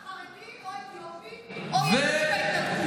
זה רק אם אתה חרדי או אתיופי או ימני בהתנתקות.